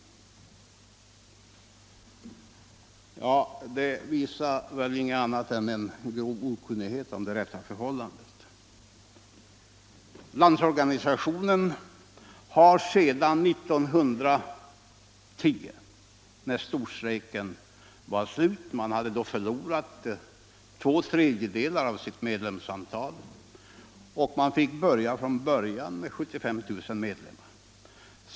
Men detta visar väl ingenting annat än en grov okunnighet om det rätta förhållandet. Landsorganisationen fick år 1910, efter det att storstrejken var slut och sedan man hade förlorat två tredjedelar av sitt medlemsantal, börja från början med 75 000 medlemmar.